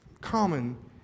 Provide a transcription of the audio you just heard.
common